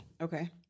Okay